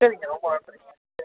சரிங்க ரொம்ப நன்றிங்க சரிங்க